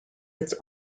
its